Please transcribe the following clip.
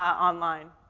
online.